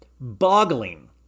boggling